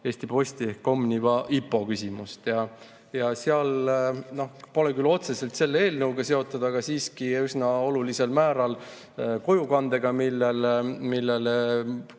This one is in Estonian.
Eesti Posti ehk Omniva IPO küsimust. See pole küll otseselt selle eelnõuga seotud, vaid üsna olulisel määral kojukandega, millele